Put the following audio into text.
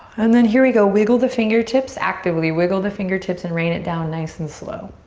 and then here we go, wiggle the fingertips actively. wiggle the fingertips and rain it down nice and slow.